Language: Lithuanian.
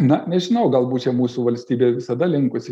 na nežinau galbūt čia mūsų valstybė visada linkusi